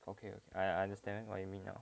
okay I understand what you mean 了